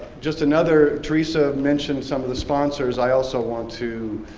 just another, teresa mentioned some of the sponsors. i also want to